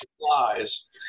supplies